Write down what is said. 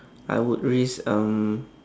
I would risk um